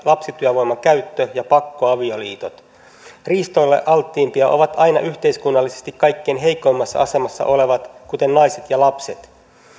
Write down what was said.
lapsityövoiman käyttö ja pakko avioliitot riistoille alttiimpia ovat aina yhteiskunnallisesti kaikkein heikoimmassa asemassa olevat kuten naiset ja lapset